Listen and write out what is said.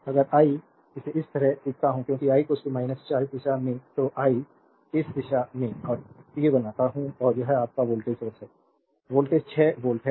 संदर्भ slide time 2051 अगर I इसे इस तरह खींचता हूं क्योंकि I 4 इस दिशा में तो आई इस दिशा में तीर बनाता हूं और यह आपका वोल्टेज सोर्स है वोल्टेज 6 वोल्ट है